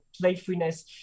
playfulness